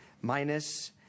minus